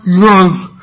love